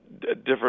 different